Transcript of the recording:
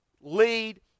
lead